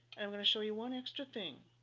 i'm going to show you one extra thing.